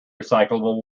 recyclable